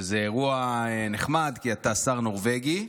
שזה אירוע נחמד, כי אתה שר נורבגי,